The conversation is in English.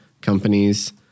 companies